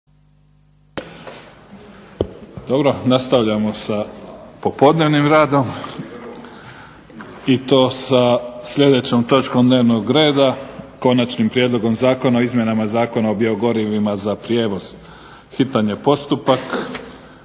(SDP)** Nastavljamo sa popodnevnim radom i to sa sljedećom točkom dnevnog reda - Konačni prijedlog Zakona o izmjeni Zakona o biogorivima za prijevoz, hitni postupak,